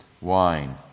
wine